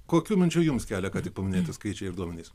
kokių minčių jums kelia ką tik paminėti skaičiai ir duomenys